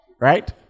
Right